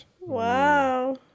Wow